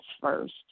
first